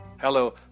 Hello